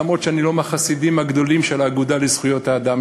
למרות שאני לא מהחסידים הגדולים של האגודה לזכויות האדם,